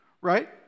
right